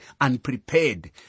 unprepared